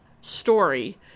story